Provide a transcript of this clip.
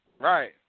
right